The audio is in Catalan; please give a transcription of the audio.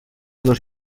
dos